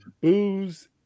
booze